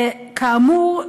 שכאמור,